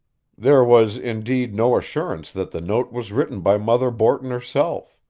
there was, indeed, no assurance that the note was written by mother borton herself.